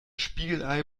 spiegelei